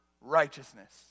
righteousness